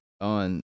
on